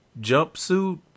jumpsuit